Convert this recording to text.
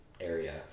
area